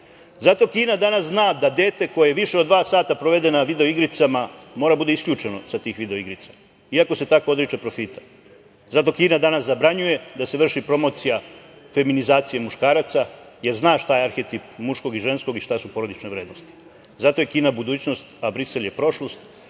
Kina danas zna da dete koje više od dva sata provede na video igricama mora da bude isključeno sa tih video igrica, iako se tako odriče profita. Zato Kina danas zabranjuje da se vrši promocija feminizacije muškaraca, jer zna šta je arhetip muškog i ženskog i šta su porodične vrednosti. Zato je Kina budućnost, a Brisel je prošlost,